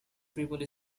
people